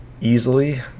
easily